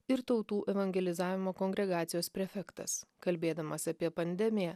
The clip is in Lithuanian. ir tautų evangelizavimo kongregacijos prefektas kalbėdamas apie pandemiją